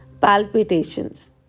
palpitations